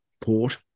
Port